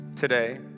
Today